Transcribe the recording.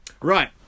Right